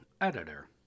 editor